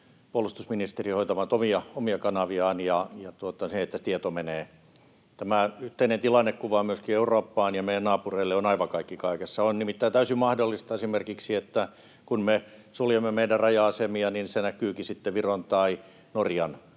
puolustusministeri hoitavat omia kanaviaan, ja tieto menee. Tämä yhteinen tilannekuva myöskin Eurooppaan ja meidän naapureille on aivan kaikki kaikessa. On nimittäin täysin mahdollista esimerkiksi, että kun me suljemme meidän raja-asemia, se näkyykin sitten Viron tai Norjan